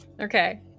Okay